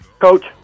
Coach